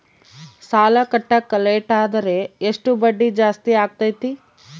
ಸಾಲ ಕಟ್ಟಾಕ ಲೇಟಾದರೆ ಎಷ್ಟು ಬಡ್ಡಿ ಜಾಸ್ತಿ ಆಗ್ತೈತಿ?